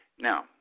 Now